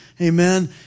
Amen